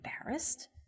embarrassed